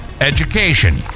education